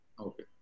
Okay